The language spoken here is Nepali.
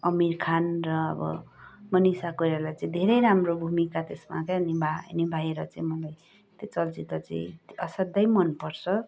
आमिर खान र अब मनिषा काइराला चाहिँ धेरै राम्रो भूमिका त्यसमा चाहिँ निभाएर चाहिँ मलाई त्यो चलचित्र चाहिँ असाध्यै मनपर्छ